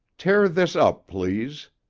tear this up, please.